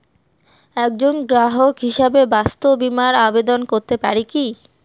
একজন গ্রাহক হিসাবে স্বাস্থ্য বিমার আবেদন করতে পারি কি?